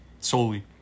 solely